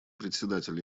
председатель